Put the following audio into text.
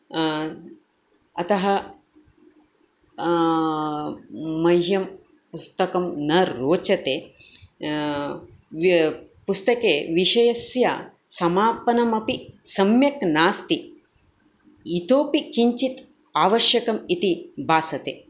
अतः मह्यं पुस्तकं न रोचते वि पुस्तके विषयस्य समापनमपि सम्यक् नास्ति इतोपि किञ्चित् अवश्यकम् इति भासते